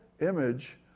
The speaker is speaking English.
image